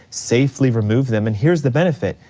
safely remove them, and here's the benefit,